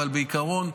אבל בעיקרון,